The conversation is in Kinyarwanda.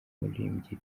umuririmbyi